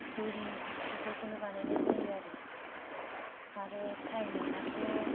फुरि बेफोरखौनो बानायनाय जायो आरो आरो टाइम मोनबाथ'